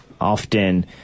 Often